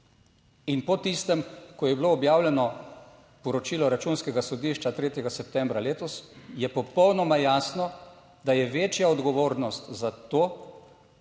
In po tistem, ko je bilo objavljeno poročilo Računskega sodišča 3. septembra letos, je popolnoma jasno, da je večja odgovornost za to